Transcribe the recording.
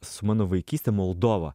su mano vaikyste moldova